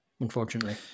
unfortunately